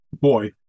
boy